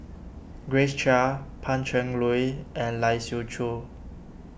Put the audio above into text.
Grace Chia Pan Cheng Lui and Lai Siu Chiu